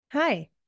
Hi